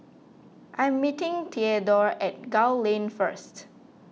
I am meeting theadore at Gul Lane first